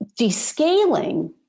descaling